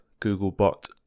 Googlebot